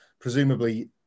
presumably